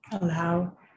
Allow